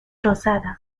rosada